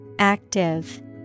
Active